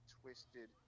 twisted